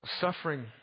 Suffering